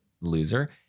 loser